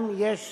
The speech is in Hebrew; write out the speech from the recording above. גם יש